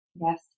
Yes